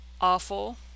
awful